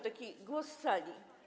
Taki głos z sali.